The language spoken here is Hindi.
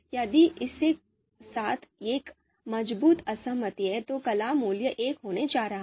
यदि इसके साथ एक मजबूत असहमति है तो कलह मूल्य एक होने जा रहा है